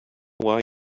why